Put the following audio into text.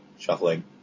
shuffling